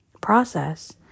process